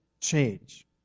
change